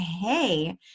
hey